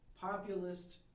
populist